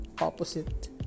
opposite